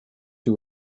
you